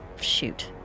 shoot